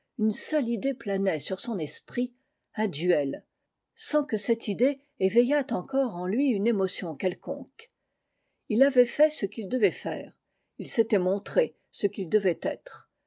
une seule idée planait sur son esprit un duel sans que cette idée éveillât encore en lui une émotion quelconque il avait fait ce qu'il devait faire il s'était montré ce qu'il devait être